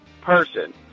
person